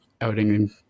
outing